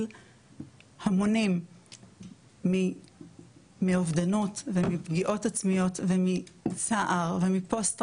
המונים מאובדנות ומפגיעות עצמיות ומצער ומפוסט טראומה,